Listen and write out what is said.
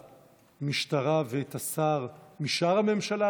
שהיא נועדה לנתק את המשטרה ואת השר משאר הממשלה?